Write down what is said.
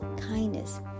Kindness